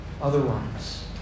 otherwise